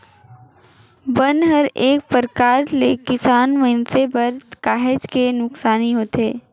बन हर एक परकार ले किसान मइनसे बर काहेच के नुकसानी होथे